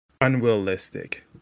unrealistic